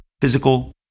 physical